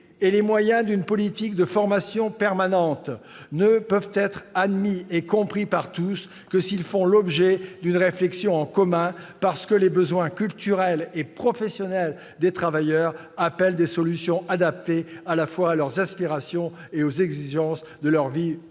et les moyens d'une politique de formation permanente ne peuvent être admis et compris par tous que s'ils font l'objet d'une réflexion en commun, parce que les besoins culturels et professionnels des travailleurs appellent des solutions adaptées à la fois à leurs aspirations et aux exigences de leur vie professionnelle